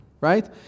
right